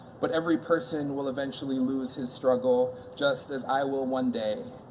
but every person will eventually lose his struggle, just as i will one day,